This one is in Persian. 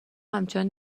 همچنان